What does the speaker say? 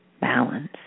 balance